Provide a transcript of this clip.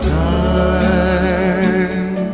time